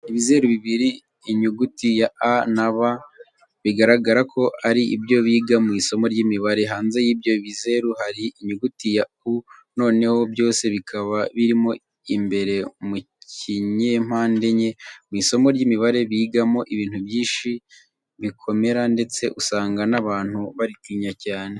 Ibizeru bibiri birimo inyuguti ya A na B bigaragara ko ari ibyo biga mu isomo ry'imibare. Hanze y'ibyo bizeru hari inyuguti ya U, noneho byose bikaba birimo imbere mu kinyempande enye. Mu isomo ry'imibare bigamo ibintu byinshi bikomera ndetse usanga n'abantu baritinya cyane.